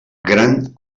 gran